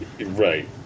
Right